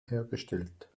hergestellt